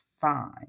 fine